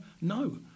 No